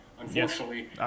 Unfortunately